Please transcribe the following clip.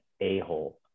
a-hole